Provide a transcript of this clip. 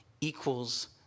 equals